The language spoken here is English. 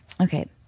Okay